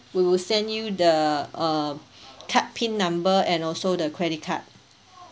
we'll send you the uh card pin number and also the credit card